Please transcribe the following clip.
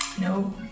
No